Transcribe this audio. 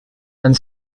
and